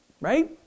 Right